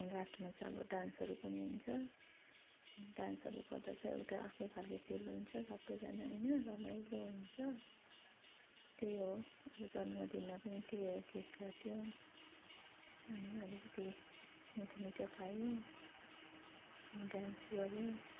लास्टमा चाहिँ अब डान्सहरू पनि हुन्छ अनि डान्सहरू गर्दा चाहिँ एउटा अर्कै खालको फिल हुन्छ सबैजना होइन रमाइलो हुन्छ त्यही हो अब जन्मदिनमा पनि त्यही हो केक काट्यो अनि अलिकति मिठो मिठो खायो अनि डान्स गर्यो